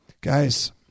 Guys